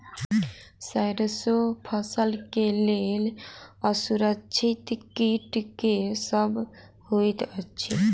सैरसो फसल केँ लेल असुरक्षित कीट केँ सब होइत अछि?